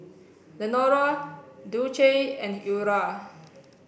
Lenora Dulce and Eura